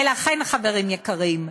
ולכן, חברים יקרים,